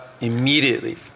immediately